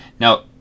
Now